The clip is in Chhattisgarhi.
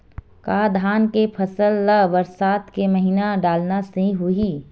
का धान के फसल ल बरसात के महिना डालना सही होही?